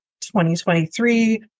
2023